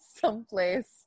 someplace